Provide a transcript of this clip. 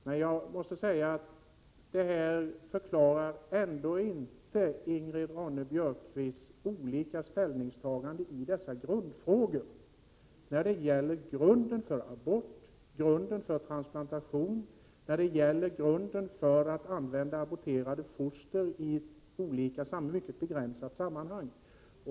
Detta förklarar ändå inte Ingrid Ronne-Björkqvists olika ställningstaganden i dessa grundfrågor — när det gäller grunden för abort, grunden för transplantation, grunden för att använda aborterat foster i ett mycket begränsat sammanhang.